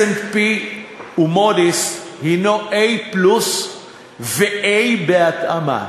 S&P ו"מודי'ס", הוא A+ ו-A בהתאמה.